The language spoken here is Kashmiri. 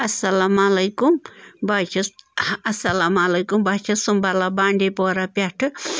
السلام علیکُم بہٕ حظ چھَس السلام علیکُم بہٕ حظ چھَس سُمبَلَہ بانٛڈی پورہ پٮ۪ٹھٕ